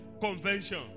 convention